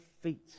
feet